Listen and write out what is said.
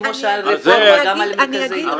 כמו על הרפורמה גם על מרכזי היום.